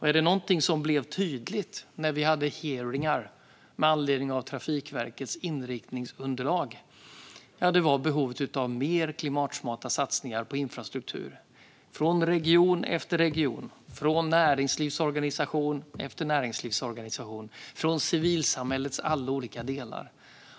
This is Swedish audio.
Var det något som blev tydligt när vi hade hearingar med anledning av Trafikverkets inriktningsunderlag var det behovet av mer klimatsmarta satsningar på infrastruktur. Det hörde vi från region efter region, från näringslivsorganisation efter näringslivsorganisation och från civilsamhällets alla olika delar.